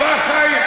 הרצל.